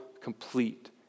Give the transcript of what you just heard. complete